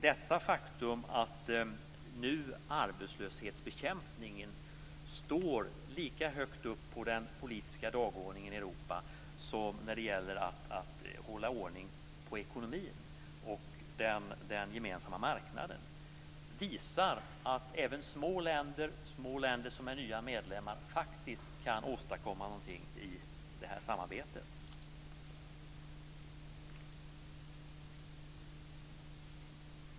Det faktum att arbetslöshetsbekämpningen står lika högt upp på den politiska dagordningen i Europa som när det gäller att hålla ordning på ekonomin och den gemensamma marknaden visar att även små länder som är nya medlemmar faktiskt kan åstadkomma någonting i det här samarbetet.